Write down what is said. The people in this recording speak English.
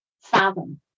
fathom